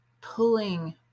pulling